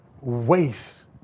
waste